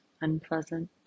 unpleasant